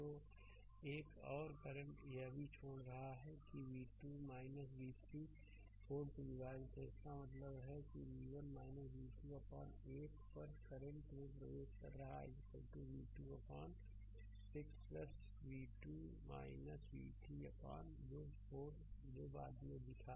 तो एक और करंट यह भी छोड़ रहा है कि v2 v3 4 से विभाजित है इसका मतलब है कि v1 v2 अपान 8 पर करंट में प्रवेश कर रहा है v2 अपान 6 v2 v3 अपान 4 जो बाद में दिखा